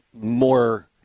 more